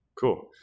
cool